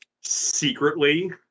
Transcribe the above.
secretly